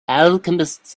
alchemists